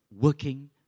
working